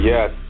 Yes